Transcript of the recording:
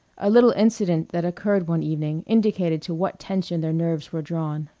a little incident that occurred one evening indicated to what tension their nerves were drawn.